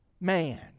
man